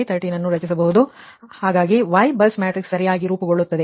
ಆದ್ದರಿಂದ Y bus matrix ಸರಿಯಾಗಿ ರೂಪುಗೊಳ್ಳುತ್ತದೆ